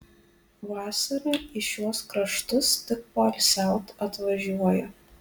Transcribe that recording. vasarą į šiuos kraštus tik poilsiaut atvažiuoja